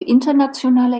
internationaler